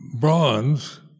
bronze